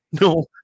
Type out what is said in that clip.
no